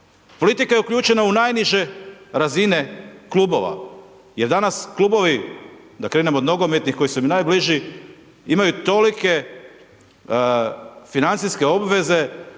Politika je uključena u najniže razine klubova, jer danas, klubovi, da krenemo od nogometnih koji su im najbliži, imaju tolike financijske obveze,